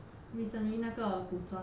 recently 那个古装 ah